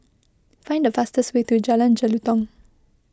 find the fastest way to Jalan Jelutong